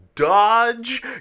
Dodge